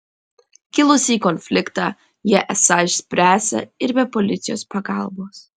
kilusį konfliktą jie esą išspręsią ir be policijos pagalbos